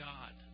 God